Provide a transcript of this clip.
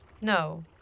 No